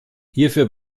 hierfür